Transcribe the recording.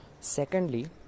secondly